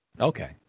Okay